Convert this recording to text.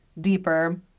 deeper